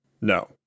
No